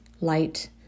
light